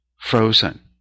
frozen